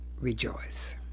rejoice